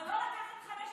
אבל לא לקחת 5,000 שקל,